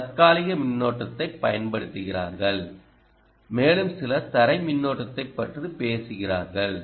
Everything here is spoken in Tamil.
சிலர் தற்காலிக மின்னோட்டத்தைப் பயன்படுத்துகிறார்கள் மேலும் சிலர் தரை மின்னோட்டத்தைப் பற்றி பேசுகிறார்கள்